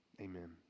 Amen